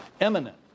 eminent